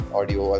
audio